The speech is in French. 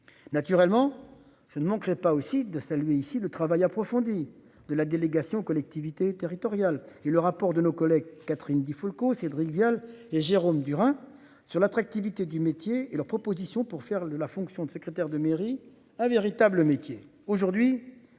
Naturellement je ne manquerai pas aussi de saluer ici le travail approfondi de la délégation aux collectivités territoriales et le rapport de nos collègues, Catherine Di Folco, Cédric Vial et Jérôme Durain sur l'attractivité du métier et leurs propositions pour faire de la fonction de secrétaire de mairie un véritable métier